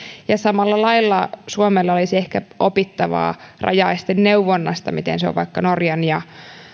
ja samalla lailla suomella olisi ehkä opittavaa rajaesteneuvonnasta miten se on vaikka norjan ja